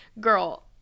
girl